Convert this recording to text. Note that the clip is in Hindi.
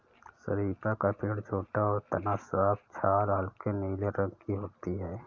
शरीफ़ा का पेड़ छोटा और तना साफ छाल हल्के नीले रंग की होती है